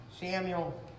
Samuel